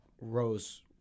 rose